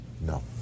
No